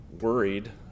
worried